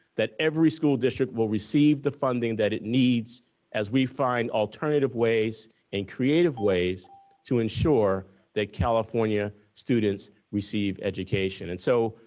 that every school district will receive the funding that it needs as we find alternative ways and creative ways to ensure that california students receive education. and so,